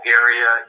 area